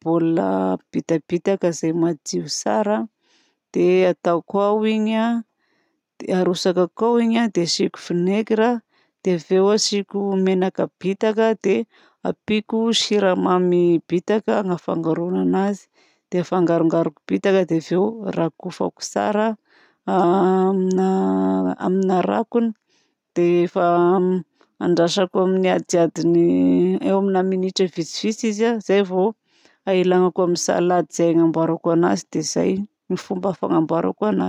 baolina bitabitaka izay madio tsara dia ataoko ao iny arotsakako ao iny dia asiako vinaigre. Dia avy eo asiako menaka bitaka dia ampiako siramamy bitaka hanafangaroana anazy dia afangarongaroko bitaka dia avy eo rakofako amina rakony. Dia efa andrasako eo amin'ny adiadiny eo amina minitra vitsivitsy izy izay vao ahilagnako amin'ny salady izay anamboarako anazy. Dia izay ny fomba fanamboarako.